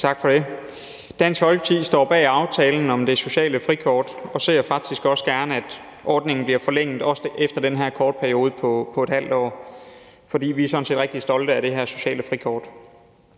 Tak for det. Dansk Folkeparti står bag aftalen om det sociale frikort og ser faktisk også gerne, at ordningen bliver forlænget også efter den her korte periode på ½ år, for vi er sådan set rigtig stolte af det her sociale frikort.